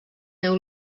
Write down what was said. meu